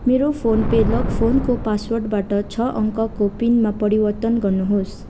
मेरो PhonePe lock फोनको पासवर्डबाट छ अङ्कको पिनमा परिवर्तन गर्नुहोस्